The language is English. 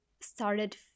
started